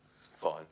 Fine